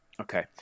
Okay